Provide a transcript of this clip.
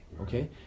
Okay